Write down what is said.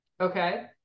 Okay